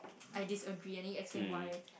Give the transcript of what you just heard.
I disagree any explain why